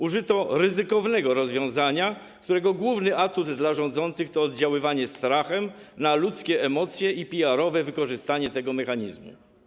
Użyto ryzykownego rozwiązania, którego główny atut dla rządzących to oddziaływanie strachem na ludzkie emocje i PR-owe wykorzystanie tego mechanizmu.